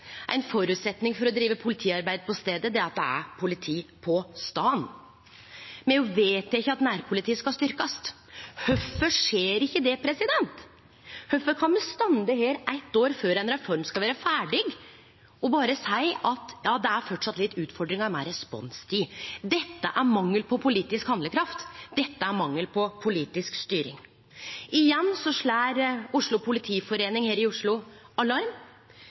Ein føresetnad for å drive politiarbeid på staden er at det er politi på staden. Me har vedteke at nærpolitiet skal styrkjast. Kvifor skjer ikkje det? Kvifor kan ein stå her eitt år før ei reform skal vere ferdig, og berre seie at det framleis er litt utfordringar med responstid? Dette er mangel på politisk handlekraft, dette er mangel på politisk styring. Igjen slår Oslo Politiforening her i Oslo alarm.